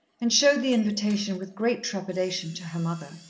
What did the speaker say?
and showed the invitation with great trepidation to her mother.